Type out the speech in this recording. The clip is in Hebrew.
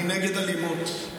אני נגד אלימות,